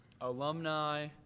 alumni